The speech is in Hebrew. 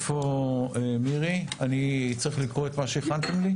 אליעזר רוזנבאום,